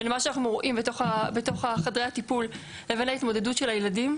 מה שאנחנו רואים בתוך חדרי הטיפול לבין ההתמודדות של הילדים.